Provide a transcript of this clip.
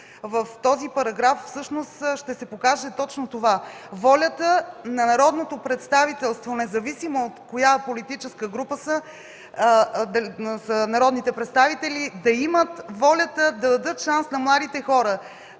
по този параграф всъщност ще се покаже точно волята на народното представителство, независимо от коя политическа група са народните представители, да даде шанс на младите хора